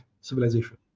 civilization